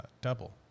double